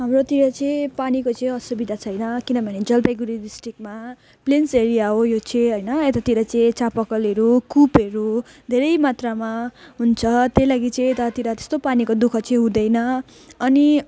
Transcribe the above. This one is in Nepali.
हाम्रोतिर चाहिँ पानीको चाहिँ असुविधा छैन किनभने जलपाइगुडी डिस्ट्रिक्टमा प्लेन्स एरिया हो यो चाहिँ होइन यतातिर चाहिँ चापाकलहरू कुपहरू धेरै मात्रामा हुन्छ त्यही लागि चाहिँ यतातिर त्यस्तो पानीको दुःख चाहिँ हुँदैन अनि